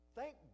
Thank